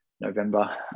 November